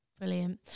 Brilliant